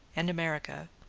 and america,